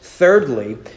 Thirdly